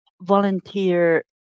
volunteer